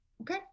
okay